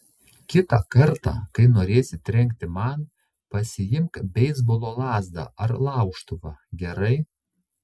kitą kartą kai norėsi trenkti man pasiimk beisbolo lazdą ar laužtuvą gerai